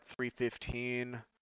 315